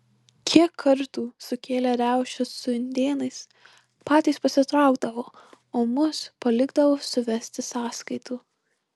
kiek kartų sukėlę riaušes su indėnais patys pasitraukdavo o mus palikdavo suvesti sąskaitų